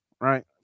right